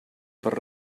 per